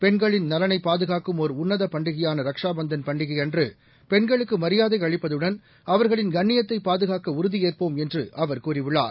பெண்களின் நலனைப் பாதுகாக்கும் ஒர் உன்னத பண்டிகையான ரக்ஷா பந்தன் பண்டிகையன்று பெண்களுக்கு மரியாதை அளிப்பதுடன் அவர்களின் கண்ணியத்தைப் பாதுகாக்க உறுதியேற்போம் என்று அவர் கூறியுள்ளார்